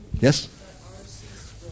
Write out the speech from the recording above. Yes